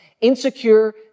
insecure